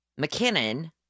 McKinnon